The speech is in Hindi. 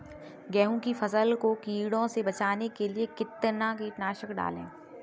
गेहूँ की फसल को कीड़ों से बचाने के लिए कितना कीटनाशक डालें?